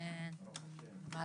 צריך